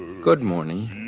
good morning.